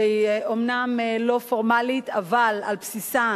שהיא אומנם לא פורמלית אבל על בסיסה